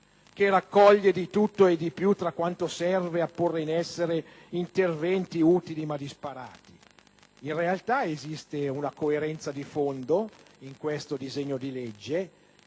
che raccoglie di tutto e di più tra quanto serve a porre in essere interventi utili, ma disparati. In realtà esiste una coerenza di fondo in questo disegno di legge